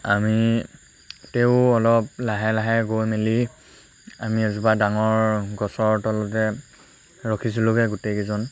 আমি তেও অলপ লাহে লাহে গৈ মেলি আমি এজোপা ডাঙৰ গছৰ তলতে ৰখিছিলোঁগৈ গোটেইকেইজন